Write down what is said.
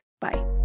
Bye